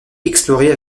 explorée